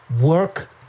work